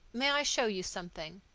may i show you something?